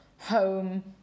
home